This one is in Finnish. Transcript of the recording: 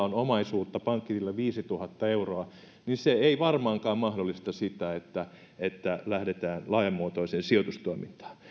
on omaisuutta pankkitilillä viisituhatta euroa niin se ei varmaankaan mahdollista sitä että että lähdetään laajamuotoiseen sijoitustoimintaan